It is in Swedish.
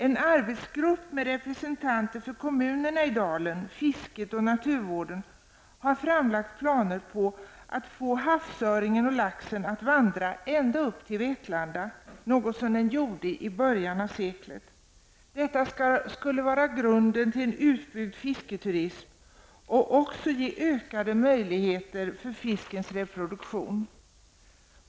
En arbetsgrupp med representanter för kommunerna i dalen, fisket och naturvården har framlagt planer på att få havsöringen och laxen att vandra ända upp till Vetlanda, något som de gjorde i början av seklet. Detta skulle vara grunden till en utbyggd fisketurism och skulle också ge ökade möjligheter för fiskens reproduktion.